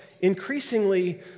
increasingly